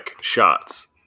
shots